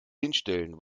hinstellen